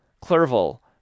Clerval